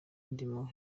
ndimo